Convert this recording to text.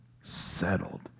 settled